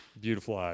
beautiful